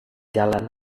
jalan